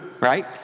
right